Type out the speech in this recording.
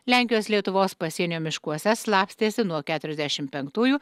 lenkijos lietuvos pasienio miškuose slapstėsi nuo keturiasdešim penktųjų